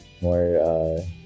more